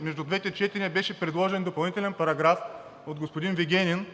Между двете четения беше предложен допълнителен параграф от господин Вигенин,